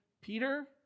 Peter